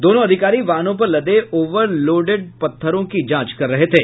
दोनों अधिकारी वाहनों पर लदे ओवरलोड पत्थरों की जाँच कर रहे थे